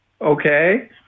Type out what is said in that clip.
okay